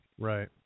Right